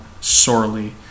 sorely